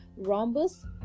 rhombus